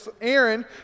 Aaron